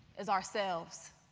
is ourselves.